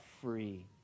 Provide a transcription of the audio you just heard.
free